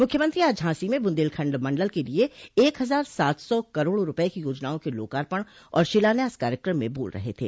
मुख्यमंत्री आज झांसी में बुदेलखंड मंडल के लिये एक हजार सात सौ करोड़ रूपये की योजनाओं के लोकार्पण और शिलान्यास कार्यक्रम में बोल रहे थे